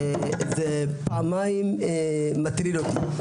פעמיים מטריד אותי.